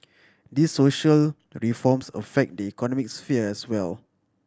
these social reforms affect the economic sphere as well